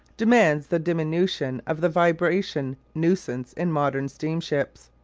demands the diminution of the vibration nuisance in modern steamships,